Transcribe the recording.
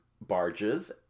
barges